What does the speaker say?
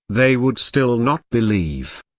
they would still not believe?